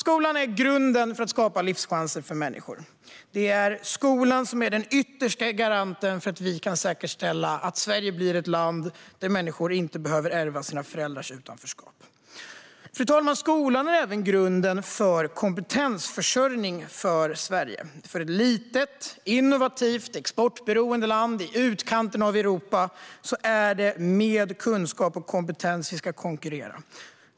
Skolan är grunden när det gäller att skapa livschanser för människor. Skolan är den yttersta garanten för att Sverige blir ett land där människor inte behöver ärva sina föräldrars utanförskap. Skolan är även grunden för kompetensförsörjning för Sverige. För oss, som ett litet, innovativt och exportberoende land i utkanten av Europa, är det med kunskap och kompetens vi ska konkurrera.